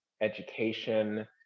education